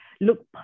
look